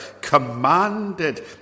commanded